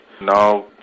Now